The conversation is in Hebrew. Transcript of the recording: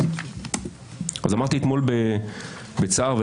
אמרתי אתמול בצער,